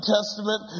Testament